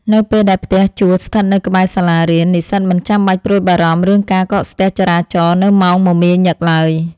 នៅពេលដែលផ្ទះជួលស្ថិតនៅក្បែរសាលារៀន និស្សិតមិនចាំបាច់ព្រួយបារម្ភរឿងការកកស្ទះចរាចរណ៍នៅម៉ោងមមាញឹកឡើយ។